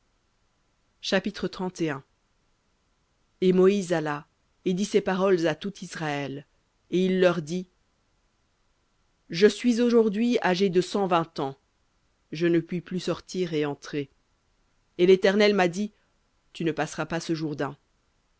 chapitre et moïse alla et dit ces paroles à tout israël et il leur dit je suis aujourd'hui âgé de cent vingt ans je ne puis plus sortir et entrer et l'éternel m'a dit tu ne passeras pas ce